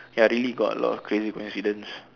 ya really got a lot of crazy coincidence